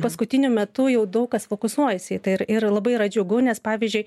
paskutiniu metu jau daug kas fokusuojasi į tai ir ir labai yra džiugu nes pavyzdžiui